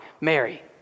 Mary